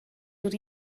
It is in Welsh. dod